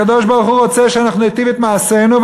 כי הקדוש-ברוך-הוא רוצה שאנחנו ניטיב את מעשינו,